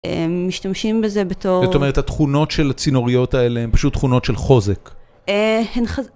הם משתמשים בזה בתור... זאת אומרת התכונות של הצינוריות האלה הן פשוט תכונות של חוזק. אה.. הן ח